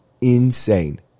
insane